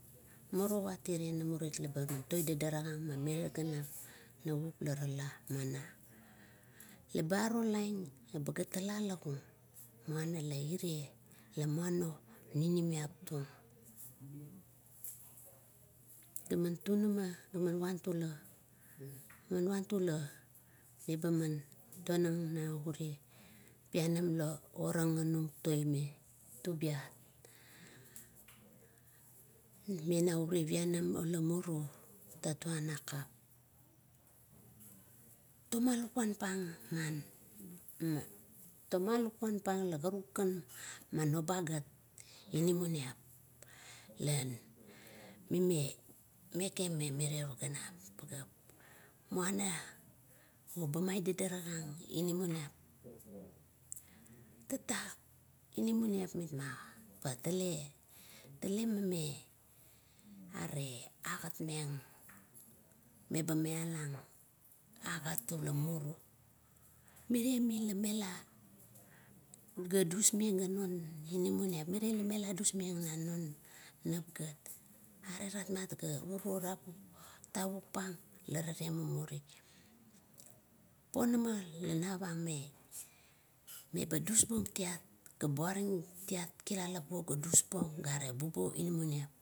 Morowa iriet naburut leba toi dadarakang it na mirier navup barala mana. Eba arolaing eba ga tala lagum. Muana la irie muana o ninimiap tung. Laman tunama la ma vantula, ga man vantula meba tonang naure pianam la oraga nang toime tubiat. Me nou ure piaam ula muru tatuan nakap. Toma lukuan pang, man toma lukuan pang la karukan, mano bagat non inamaniap, la mime meka memirier pageap ganam. Muan la ba maidadarak ang inamaniap, tatak inamoniap mima, patale, talemame are agat meng meba maialang agat ula muru. Miri la melar ga dusmeng, ga bunama mela tusmeng nano nap gat, are rapmat ga iro tavuk pang la rale mumuri. Ponama ga navang meba dusbuong tiat ga buaring tiat kilalap buo ga dusbong tiat, are bubuo inamaniap.